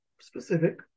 specific